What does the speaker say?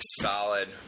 solid